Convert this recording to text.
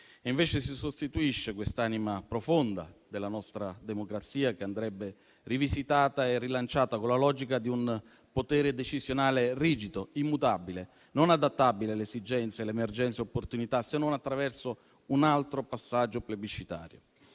Invece si sostituisce quest'anima profonda della nostra democrazia, che andrebbe rivisitata e rilanciata, con la logica di un potere decisionale rigido, immutabile, non adattabile alle esigenze, alle emergenze e alle opportunità, se non attraverso un altro passaggio plebiscitario.